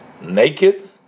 naked